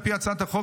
על פי הצעת החוק,